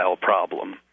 problem